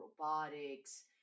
robotics